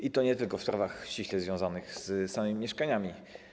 I to nie tylko w sprawach ściśle związanych z samymi mieszkaniami.